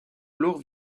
laure